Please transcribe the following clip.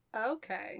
Okay